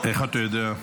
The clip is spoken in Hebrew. איך אתה יודע?